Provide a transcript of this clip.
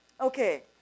Okay